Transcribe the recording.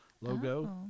logo